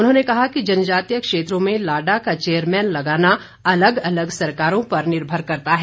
उन्होंने कहा कि जनजातीय क्षेत्रों में लाडा का चेयरमैन लगाना अलग अलग सरकारों पर निर्भर करता है